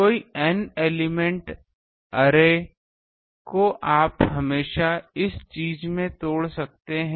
कोई N element array को आप हमेशा इस चीज़ में तोड़ सकते हैं